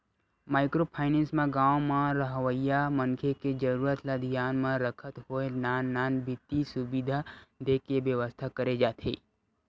micro finance म गाँव म रहवइया मनखे के जरुरत ल धियान म रखत होय नान नान बित्तीय सुबिधा देय के बेवस्था करे जाथे